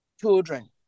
children